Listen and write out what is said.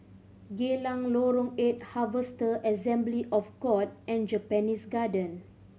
Geylang Lorong Eight Harvester Assembly of God and Japanese Garden